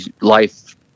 life